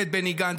את בני גנץ,